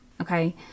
Okay